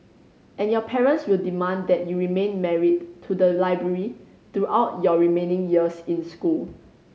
and your parents will demand that you remain married to the library throughout your remaining years in school